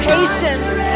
Patience